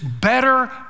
better